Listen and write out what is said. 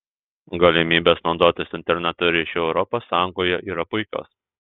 galimybės naudotis interneto ryšiu europos sąjungoje yra puikios